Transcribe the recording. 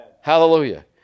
Hallelujah